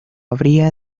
habría